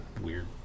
weird